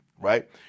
right